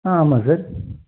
ஆ ஆமாம் சார்